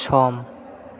सम